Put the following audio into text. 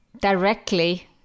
directly